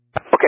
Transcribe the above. Okay